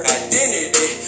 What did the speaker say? identity